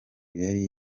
yari